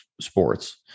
sports